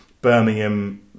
birmingham